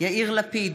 יאיר לפיד,